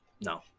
No